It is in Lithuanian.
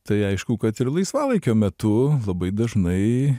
tai aišku kad ir laisvalaikio metu labai dažnai